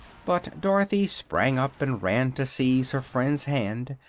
but dorothy sprang up and ran to seize her friend's hand,